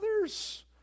others